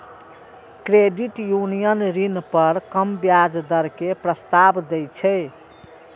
credit union ऋण पर कम ब्याज दर के प्रस्ताव दै छै